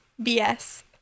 BS